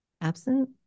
Absent